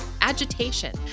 agitation